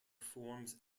forms